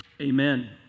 Amen